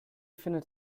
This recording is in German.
findet